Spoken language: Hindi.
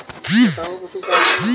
जनोपयोगी सेवाओं के बारे में बताएँ?